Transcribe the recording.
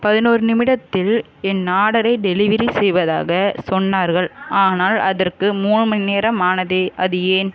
பதினோரு நிமிடத்தில் என் ஆர்டரை டெலிவரி செய்வதாகச் சொன்னார்கள் ஆனால் அதற்கு மூணு மணிநேரம் ஆனதே அது ஏன்